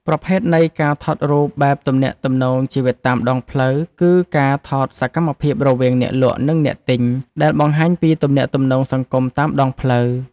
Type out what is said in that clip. ប្រភេទនៃការថតរូបបែប ទំនាក់ទំនងជីវិតតាមដងផ្លូវ គឺការថតសកម្មភាពរវាងអ្នកលក់ និងអ្នកទិញ ដែលបង្ហាញពីទំនាក់ទំនងសង្គមតាមដងផ្លូវ។